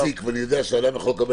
אם אני מעסיק ואני יודע שאדם יכול לקבל